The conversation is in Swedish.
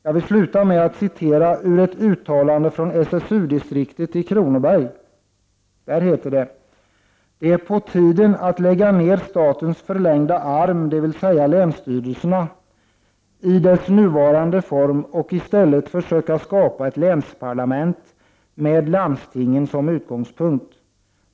Jag vill sluta med att citera ur ett uttalande från SSU-distriktet i Kronoberg: ”Det är på tiden att lägga ner statens förlängda arm, dvs. länsstyrelserna, i dess nuvarande form och i stället försöka skapa ett länsparlament, med landstingen som utgångspunkt.